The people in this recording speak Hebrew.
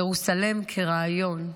ירוסלם כרעיון,